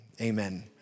Amen